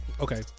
Okay